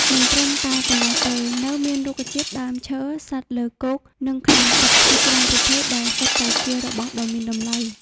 មិនត្រឹមតែប៉ុណ្ណោះទេ នៅមានរុក្ខជាតិ ដើមឈើ សត្វលើគោក និងក្នុងទឹក ជាច្រើនប្រភេទដែលសុទ្ធតែជារបស់ដ៏មានតម្លៃ។